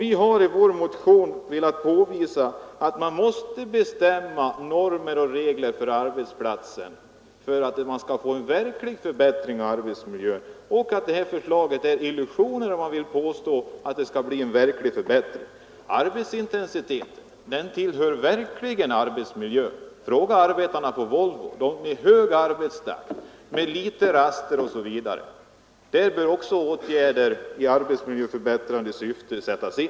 Vi har i vår motion velat påvisa att man för att få en verklig förbättring av arbetsmiljön måste sätta upp bestämda normer och regler för verksamheten på arbetsplatsen. Det är en illusion att tro att det nu föreliggande förslaget kommer att leda till en verklig förbättring. Också arbetsintensiteten tillhör verkligen arbetsmiljön. Fråga arbetarna på Volvo, som har hög arbetstakt, få raster osv.! Också i de avseendena bör åtgärder i arbetsmiljöförbättrande syfte sättas in.